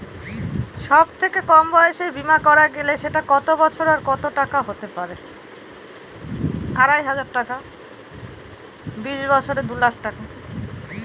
সব থেকে কম সময়ের বীমা করা গেলে সেটা কত বছর আর কত টাকার হতে পারে?